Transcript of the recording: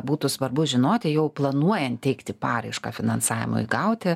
būtų svarbu žinoti jau planuojant teikti paraišką finansavimui gauti